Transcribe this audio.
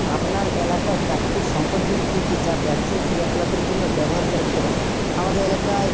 আপনার এলাকার প্রাকৃতিক সম্পদগুলি কি কি যা ব্যবসায়ী ক্রিয়াকলাপের জন্য ব্যবহার করা যেতে পারে আমাদের এলাকায়